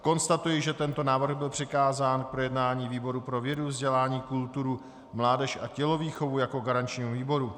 Konstatuji, že tento návrh byl přikázán k projednání výboru pro vědu, vzdělání, kulturu, mládež a tělovýchovu jako garančnímu výboru.